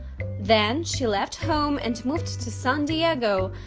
then, she left home and moved to san diego,